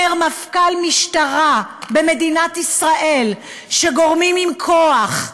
מפכ"ל משטרה במדינת ישראל שגורמים עם כוח,